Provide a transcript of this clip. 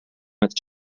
its